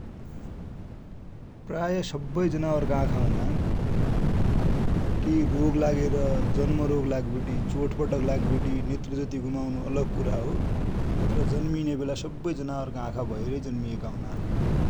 प्राय सबै जनावरका आखा हुनान । कि रोग लागेर, जन्म रोग लाग्बटी, चोटपटक लाग्बटि, नेत्र ज्योति गुमउनु अलग कुरा हो नत्र जन्मिने बेला सब्बै जनावर का आखा भैबटी जन्मिएका हुनान ।